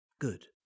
good